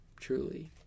truly